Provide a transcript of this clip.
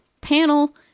panel